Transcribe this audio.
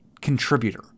contributor